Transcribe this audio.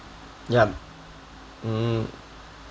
ya mm